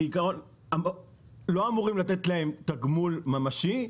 לא אמורים לתת להם תגמול ממשי,